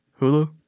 Hulu